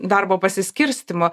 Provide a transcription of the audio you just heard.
darbo pasiskirstymo